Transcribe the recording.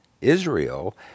Israel